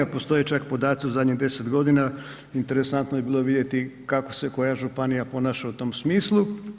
Postoje čak podaci u zadnjih 10 godina interesantno je bilo vidjeti kako se koja županija ponaša u tom smislu.